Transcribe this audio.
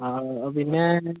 ആ പിന്നെ